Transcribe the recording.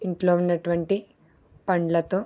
ఇంట్లో ఉన్నటువంటి పండ్లతో